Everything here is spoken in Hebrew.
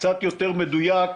קצת יותר מדויק,